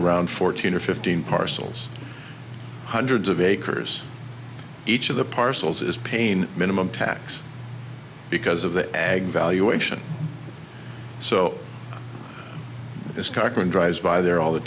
around fourteen or fifteen parcels hundreds of acres each of the parcels is pain minimum tax because of the ag valuation so it's cochran drives by there all the